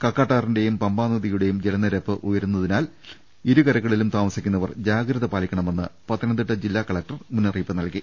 കക്കാട്ടാറിന്റെയും പമ്പാനദിയു ടെയും ജലനിരപ്പ് ഉയരുന്നതിനാൽ ഇരുകരകളിൽ താമസിക്കുന്നവർ ജാഗ്രത പാലിക്കണമെന്ന് പത്തനംതിട്ട ജില്ലാ കലക്ടർ മുന്നറിയിപ്പ് നൽകി